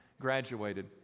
graduated